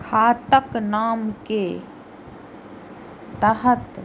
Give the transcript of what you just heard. खाताक नाम के तहत